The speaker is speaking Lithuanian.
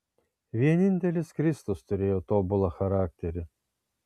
vienintelis kristus turėjo tobulą charakterį